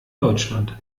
deutschland